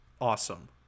awesome